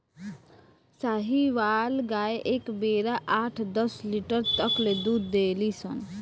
साहीवाल गाय एक बेरा आठ दस लीटर तक ले दूध देली सन